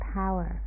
power